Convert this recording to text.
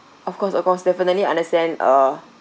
of course of course definitely understand uh